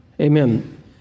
Amen